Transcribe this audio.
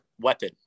weapon